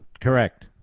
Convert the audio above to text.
correct